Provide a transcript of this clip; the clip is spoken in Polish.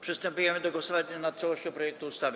Przystępujemy do głosowania nad całością projektu ustawy.